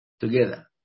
together